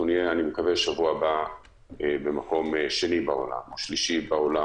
אני מקווה שבשבוע הבא נהיה במקום שני או שלישי בעולם